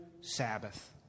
Sabbath